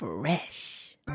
Fresh